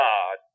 God